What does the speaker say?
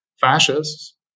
fascists